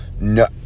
No